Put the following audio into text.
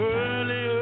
Early